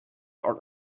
are